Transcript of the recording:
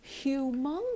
humongous